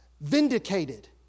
Vindicated